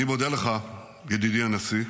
אני מודה לך, ידידי הנשיא,